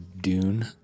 Dune